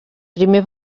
primer